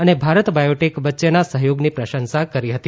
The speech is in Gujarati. અને ભારત બાયોટેક વચ્ચેના સહયોગની પ્રશંસા કરી હતી